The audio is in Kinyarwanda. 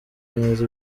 neza